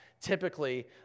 typically